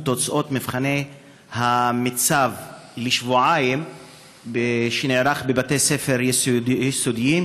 פרסום תוצאות מבחני המיצ"ב שנערכו בבתי ספר יסודיים,